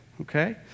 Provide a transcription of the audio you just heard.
okay